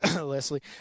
Leslie